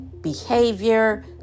behavior